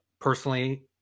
Personally